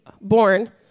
born